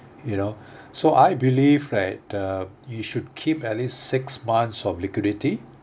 you know so I believe that the you should keep at least six months of liquidity